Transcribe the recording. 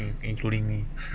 in including me